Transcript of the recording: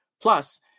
Plus